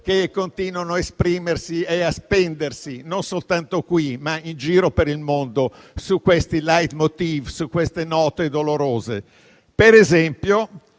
che continuano a esprimersi e a spendersi non soltanto qui, ma in giro per il mondo, con questi *leitmotiv* e su queste note dolorose. Ad esempio,